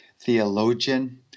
theologian